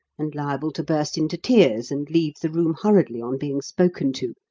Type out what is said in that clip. and liable to burst into tears and leave the room hurriedly on being spoken to,